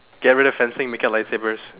get rid of fencing make it a light sabers